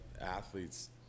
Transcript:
athletes